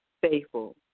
faithful